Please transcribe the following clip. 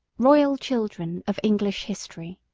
royal children of english history,